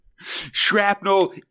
Shrapnel